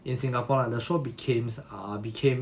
in singapore lah the show became ah became